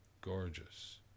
gorgeous